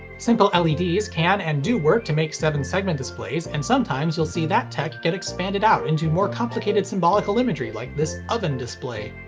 simple leds can and do work to make seven-segment displays, and sometimes you'll see that tech get expanded out into more complicated symbolical imagery like this oven display.